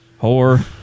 Whore